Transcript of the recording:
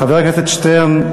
חבר הכנסת שטרן,